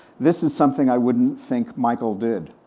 this is something i wouldn't think michael did.